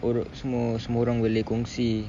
semua orang boleh kongsi